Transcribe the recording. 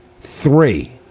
three